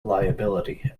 liability